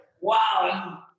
wow